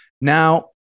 Now